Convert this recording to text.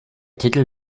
titel